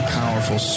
powerful